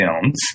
films